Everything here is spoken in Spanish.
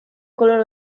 color